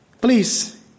Please